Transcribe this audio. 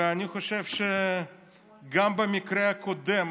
אני חושב שגם במקרה הקודם,